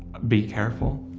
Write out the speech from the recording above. be careful.